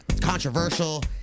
controversial